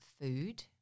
food